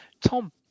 tom